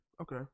Okay